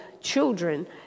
children